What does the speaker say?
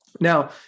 Now